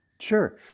Sure